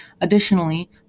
Additionally